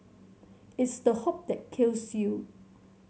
it's the hope that kills you